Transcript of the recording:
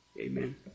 Amen